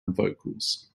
vocals